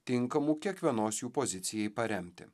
tinkamų kiekvienos jų pozicijai paremti